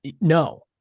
No